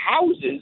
houses